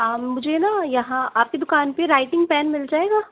मुझे ना यहाँ आपकी दुकान पे राइटिंग पेन मिल जाएगा